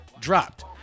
dropped